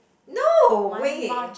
no way